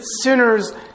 sinners